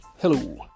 Hello